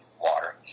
water